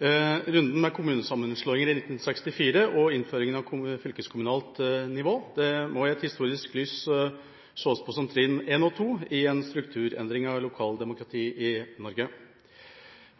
Runden med kommunesammenslåinger i 1964 og innføringa av fylkeskommunalt nivå må i et historisk lys ses på som trinn 1 og trinn 2 i en strukturendring av lokaldemokratiet i Norge